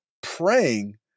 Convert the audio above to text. praying